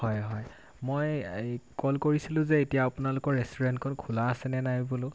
হয় হয় মই এই কল কৰিছিলোঁ যে এতিয়া আপোনালোকৰ ৰেষ্টুৰেণ্টখন খোলা আছেনে নাই বোলো